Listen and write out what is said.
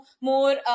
more